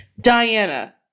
Diana